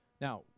Now